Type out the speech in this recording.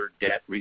debt